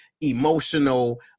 emotional